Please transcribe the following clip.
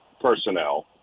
Personnel